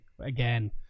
again